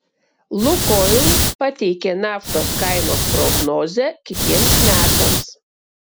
lukoil pateikė naftos kainos prognozę kitiems metams